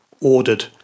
ordered